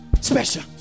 Special